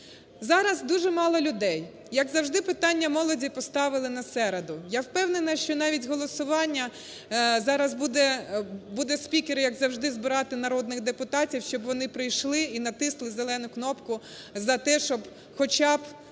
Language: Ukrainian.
Зараз дуже мало людей, як завжди питання молоді поставили на середу. Я впевнена, що навіть голосування, зараз буде спікер, як завжди, збирати народних депутатів, щоб вони прийшли і натисли зелену кнопку за те, щоб хоча б